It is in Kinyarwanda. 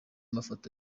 mafoto